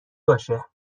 باشه